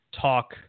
talk